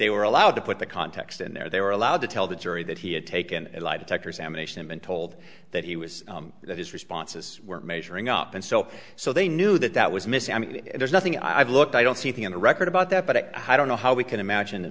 they were allowed to put the context in there they were allowed to tell the jury that he had taken a lie detectors emanation him and told that he was that his responses were measuring up and so so they knew that that was missing i mean there's nothing i've looked i don't see a thing on the record about that but i don't know how we can imagine that